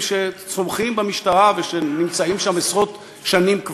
שצומחים במשטרה ונמצאים שם כבר עשרות שנים,